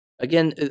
Again